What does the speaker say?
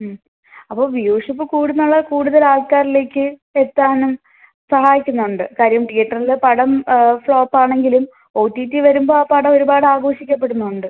അപ്പോൾ വ്യൂഷിപ്പ് കൂടുന്നുള്ള കൂടുതൽ ആൾക്കാരിലേക്ക് എത്താനും സഹായിക്കുന്നുണ്ട് കാര്യം തീയേറ്ററിൽ പടം ഫ്ലോപ്പാണെങ്കിലും ഒ ടി ടി വരുമ്പോൾ ആ പടം ഒരുപാട് ആഘോഷിക്കപ്പെടുന്നുണ്ട്